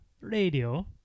Radio